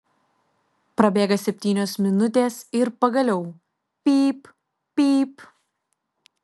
prabėga septynios minutės ir pagaliau pyp pyp